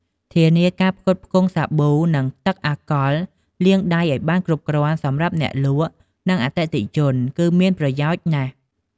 ធានាការផ្គត់ផ្គង់សាប៊ូ និងទឹកអាកុលលាងដៃឱ្យបានគ្រប់គ្រាន់សម្រាប់អ្នកលក់ និងអតិថិជនគឺមានប្រយោជន៍ណាស់។